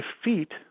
defeat